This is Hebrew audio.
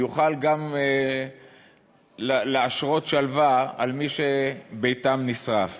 יוכל גם להשרות שלווה על מי שביתם נשרף